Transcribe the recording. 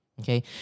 okay